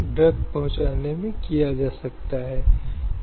और घरेलू श्रम में महिलाओं का रोजगार